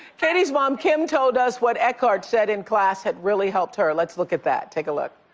katie's mom kim told us what eckhart said in class had really helped her. let's look at that. take a look.